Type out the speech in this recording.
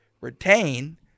retain